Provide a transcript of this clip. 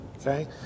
Okay